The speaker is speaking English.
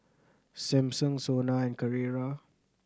Samsung SONA and Carrera